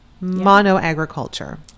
mono-agriculture